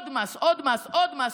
שקורה בממשלה הנוכחית, את באופוזיציה?